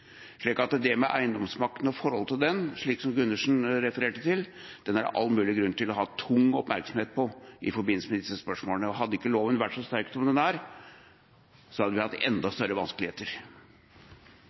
eiendomsmakten og forholdet til den, som Gundersen refererte til, er det all mulig grunn til å ha tung oppmerksomhet på i forbindelse med disse spørsmålene. Hadde ikke loven vært så sterk som den er, hadde vi hatt enda